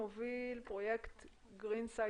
שלום,